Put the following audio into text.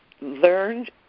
learned